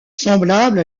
semblable